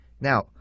Now